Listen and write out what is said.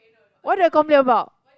what did I complain about